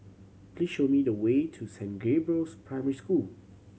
please show me the way to Saint Gabriel's Primary School